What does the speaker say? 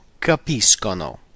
capiscono